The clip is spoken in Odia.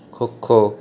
ଖୋ ଖୋ